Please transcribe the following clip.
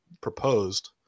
proposed